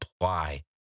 apply